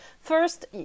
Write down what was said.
first